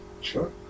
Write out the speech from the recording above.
Sure